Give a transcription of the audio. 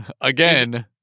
again